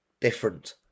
different